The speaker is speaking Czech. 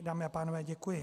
Dámy a pánové, děkuji.